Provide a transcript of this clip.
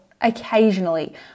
occasionally